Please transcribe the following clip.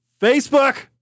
Facebook